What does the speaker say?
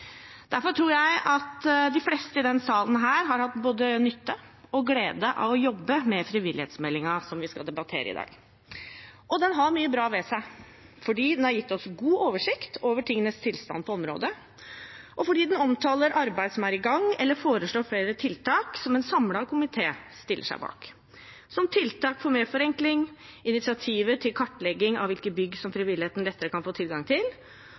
Derfor tror jeg at de fleste i denne salen har hatt både nytte og glede av å jobbe med frivillighetsmeldingen, som vi skal debattere i dag. Den har mye bra ved seg fordi den har gitt oss god oversikt over tingenes tilstand på området, og fordi den omtaler arbeid som er i gang, eller foreslår flere tiltak som en samlet komité stiller seg bak, som f.eks. tiltak for mer forenkling, initiativer til kartlegging av hvilke bygg som frivilligheten lettere kan få tilgang til,